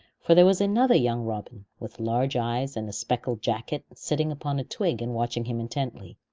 for there was another young robin, with large eyes and a speckled jacket, sitting upon a twig and watching him intently.